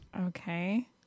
Okay